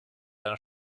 einer